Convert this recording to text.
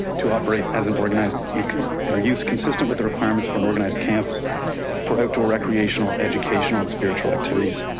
to operate as an organized and are use consistent with the requirements for an organized camp for outdoor recreational educational and spiritual activities.